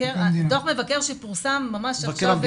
דוח מבקר שפורסם ממש עכשיו.